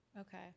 Okay